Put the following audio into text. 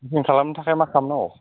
booking खालामनो थाखाय मा खालामनांगौ